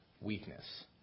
weakness